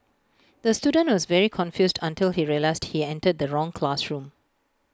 the student was very confused until he realised he entered the wrong classroom